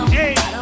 hey